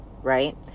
Right